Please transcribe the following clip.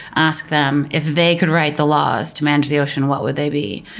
ask them, if they could write the laws to manage the ocean what would they be?